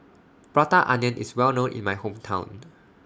Prata Onion IS Well known in My Hometown